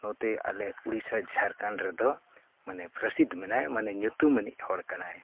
ᱱᱚᱛᱮ ᱟᱞᱮ ᱩᱲᱤᱥᱥᱟ ᱡᱷᱟᱲᱠᱷᱚᱸᱰ ᱨᱮᱫᱚ ᱢᱟᱱᱮ ᱯᱨᱚᱥᱤᱫᱽᱫᱷ ᱢᱮᱱᱟᱭ ᱢᱟᱱᱮ ᱧᱩᱛᱩᱢᱟᱱᱤᱡ ᱦᱚᱲ ᱠᱟᱱᱟᱭ